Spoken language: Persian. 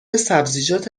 سبزیجات